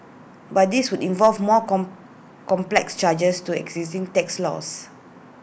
but this would involve more comb complex changes to existing tax laws